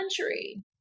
country